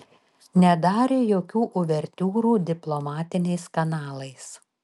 nedarė jokių uvertiūrų diplomatiniais kanalais